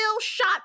shot